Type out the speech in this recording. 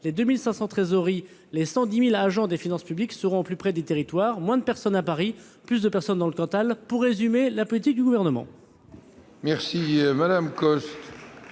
Les 2 500 trésoreries et les 110 000 agents des finances publiques seront au plus près des territoires ; moins de personnes à Paris, plus de personnes dans le Cantal, voilà, pour résumer, la politique du Gouvernement. La parole est